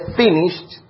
finished